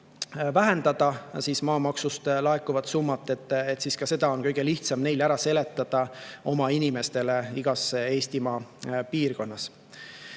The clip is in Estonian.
vähendada maamaksust laekuvat summat, siis ka seda on kõige lihtsam neil oma inimestele igas Eestimaa piirkonnas